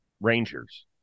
Rangers